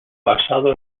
basado